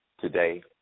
today